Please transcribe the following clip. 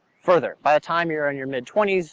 further. by the time you're in your mid twenty s,